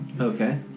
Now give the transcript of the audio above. Okay